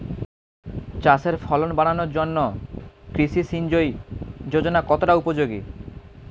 চাষের ফলন বাড়ানোর জন্য কৃষি সিঞ্চয়ী যোজনা কতটা উপযোগী?